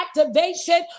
activation